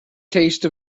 taste